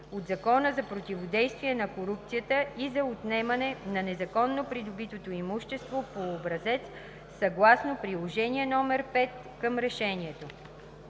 от Закона за противодействие на корупцията и за отнемане на незаконно придобитото имущество по образец съгласно Приложение № 5 към решението.“